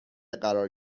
قرار